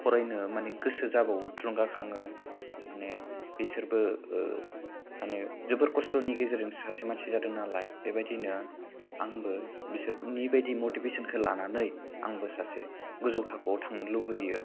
फरायनो माने गोसो जाबावो थुलुंगाखाङो माने बिसोरबो माने जोबोर खस्थ'नि गेजेरजों सासे मानसि जादों नालाय बेबायदिनो आंबो बिसोरनि बायदि मथिभेसनखौ लानानै आंबो सासे गोजौ थाखोआव थांनो लुबैयो